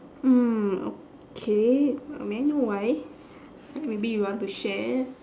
mm okay uh may I know why maybe you want to share